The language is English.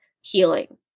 healing